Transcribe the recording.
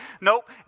Nope